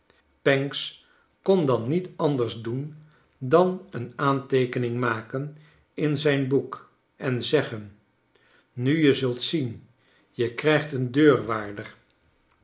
pancks kon dan niet ariders doen dan een aanteekening maken in zijn boek en zeggen nu je zult zien je krijgt een deurwaarder